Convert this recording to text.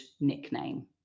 nickname